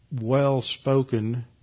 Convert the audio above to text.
well-spoken